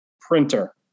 printer